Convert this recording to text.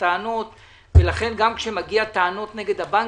הטענות ולכן גם כאשר מגיעות טענות נגד הבנקים,